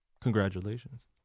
Congratulations